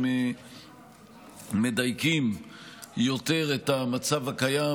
הם מדייקים יותר את המצב הקיים,